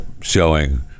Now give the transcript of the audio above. showing